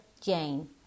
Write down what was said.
Jane